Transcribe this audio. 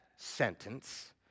sentence